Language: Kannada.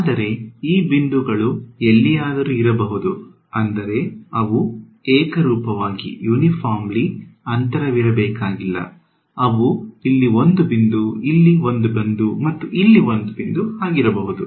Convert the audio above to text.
ಆದರೆ ಈ ಬಿಂದುಗಳು ಎಲ್ಲಿಯಾದರೂ ಇರಬಹುದು ಅಂದರೆ ಅವು ಏಕರೂಪವಾಗಿ ಅಂತರವಿರಬೇಕಾಗಿಲ್ಲ ಅವು ಇಲ್ಲಿ ಒಂದು ಬಿಂದು ಇಲ್ಲಿ ಒಂದು ಬಿಂದು ಮತ್ತು ಇಲ್ಲಿ ಒಂದು ಬಿಂದು ಆಗಿರಬಹುದು